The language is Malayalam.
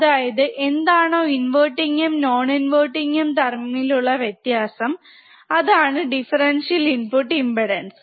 അതായത് എന്താണോ ഇൻവെർട്ടിങ് ഉം നോൺ ഇൻവെർട്ടിങ് ഉം തമ്മിലുള്ള വ്യത്യാസം അതാണ് ദിഫ്ഫെരെന്റ്റ്യൽ ഇൻപുട് ഇമ്പ്പെടാൻസ്